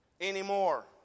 anymore